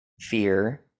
fear